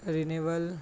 renewal